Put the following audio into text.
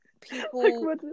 people